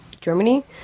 Germany